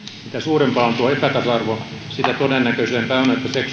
mitä suurempaa on tuo epätasa arvo sitä todennäköisempää on että seksuaalista häirintää esiintyy ja sitä koetaan